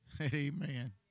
Amen